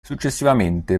successivamente